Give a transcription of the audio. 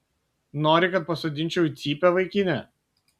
nori kad pasodinčiau į cypę vaikine